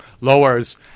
Lowers